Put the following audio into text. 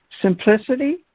Simplicity